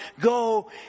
go